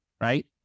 right